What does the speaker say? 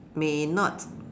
may not